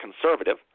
conservative